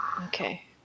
Okay